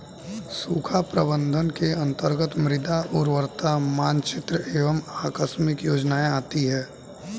सूखा प्रबंधन के अंतर्गत मृदा उर्वरता मानचित्र एवं आकस्मिक योजनाएं आती है